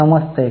समजत आहे